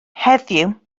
heddiw